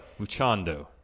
Luchando